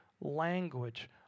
language